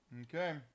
Okay